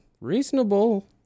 reasonable